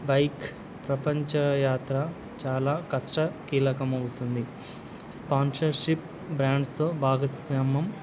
bike ప్రపంచ యాత్ర చాలా కష్ట కీలకంమవుతుంది స్పాన్సర్షిప్ బ్రాండ్స్తో భాగస్యామ్యం